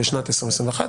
של שנת 2021,